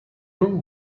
room